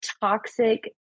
toxic